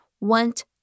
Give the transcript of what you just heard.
want